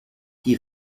die